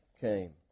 came